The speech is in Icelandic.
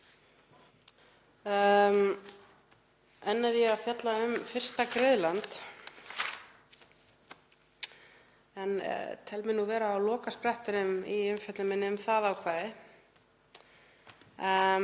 Enn er ég að fjalla um fyrsta griðland en tel mig vera á lokasprettinum í umfjöllun minni um það ákvæði.